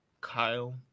Kyle